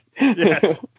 Yes